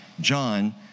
John